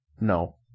No